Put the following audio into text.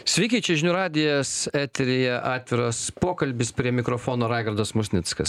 sveiki čia žinių radijas eteryje atviras pokalbis prie mikrofono raigardas musnickas